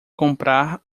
comprar